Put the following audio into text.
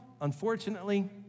unfortunately